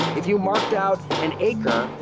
if you marked out an acre,